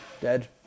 Dead